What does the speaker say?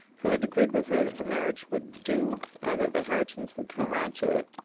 who had agreed with her that the marriage would do, and that the herritons would come round to it,